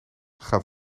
gaat